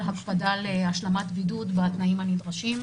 הקפדה על השלמת בידוד והתנאים הנדרשים,